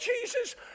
Jesus